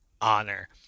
honor